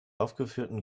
aufgeführten